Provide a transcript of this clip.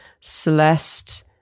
Celeste